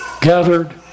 gathered